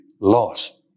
loss